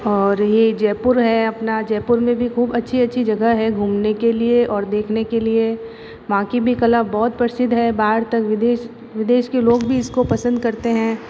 और ये जयपुर है अपना जयपुर में भी ख़ूब अच्छी अच्छी जगह हैं घूमने के लिए और देखने के लिए वहाँ की भी कला बहुत प्रसिद्ध है बाहर तक विदेश विदेश के लोग भी इसको पसंद करते हैं